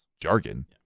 Jargon